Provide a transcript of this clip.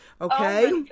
Okay